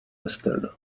mustard